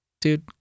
dude